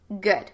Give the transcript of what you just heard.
good